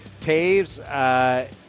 Taves